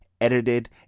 edited